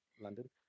London